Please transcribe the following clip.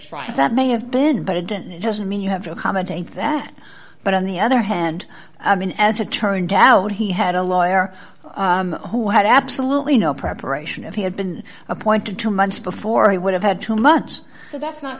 trial that may have been but it doesn't mean you have to accommodate that but on the other hand i mean as a turned out he had a lawyer who had absolutely no preparation if he had been appointed two months before he would have had too much so that's not